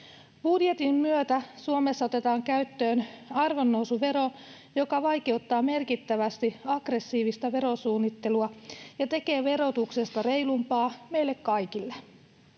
Budjetin myötä Suomessa otetaan käyttöön arvonnousuvero, joka vaikeuttaa merkittävästi aggressiivista verosuunnittelua ja tekee verotuksesta reilumpaa meille kaikille.